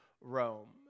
Rome